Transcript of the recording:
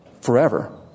forever